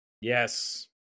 Yes